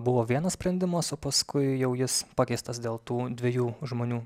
buvo vienas sprendimas o paskui jau jis pakeistas dėl tų dviejų žmonių